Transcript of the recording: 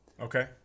Okay